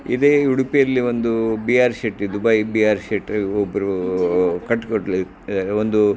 ಇದೇ ಉಡುಪಿಯಲ್ಲಿ ಒಂದು B R Shetty Dubai B R ಶೆಟ್ರು ಒಬ್ಬರು ಕಟ್ಕೊಟ್ಲಿ ಒಂದು